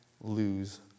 lose